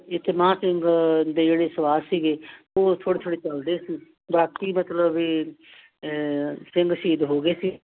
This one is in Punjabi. ਇੱਥੇ ਮਹਾਂ ਸਿੰਘ ਦੇ ਜਿਹੜੇ ਸਵਾਸ ਸੀਗੇ ਉਹ ਥੋੜ੍ਹੇ ਥੋੜ੍ਹੇ ਚਲਦੇ ਸੀ ਬਾਕੀ ਮਤਲਬ ਵੀ ਸਿੰਘ ਸ਼ਹੀਦ ਹੋ ਗਏ ਸੀ